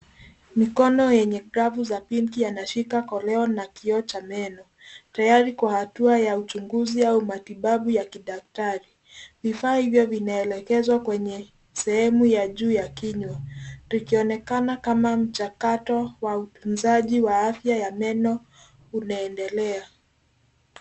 Mikono yenye glavu za pinki anashika koleo na kioo cha meno. Eneo ni la hatua au uchunguzi wa kidaktari. Vifaa hivyo vinaelekezwa kwenye sehemu ya juu ya kinywa ikionekana kama mchakato wa utunzaji wa afya wa meno unaendelea.